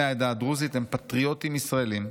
בני העדה הדרוזית הם פטריוטים ישראלים,